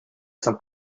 some